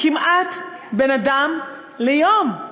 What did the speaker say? כמעט בן אדם ליום.